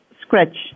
scratch